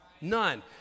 None